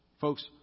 Folks